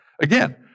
Again